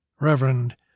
Reverend